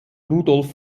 rudolf